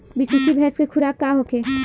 बिसुखी भैंस के खुराक का होखे?